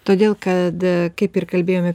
todėl kad kaip ir kalbėjome